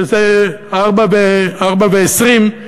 שזה 16:20,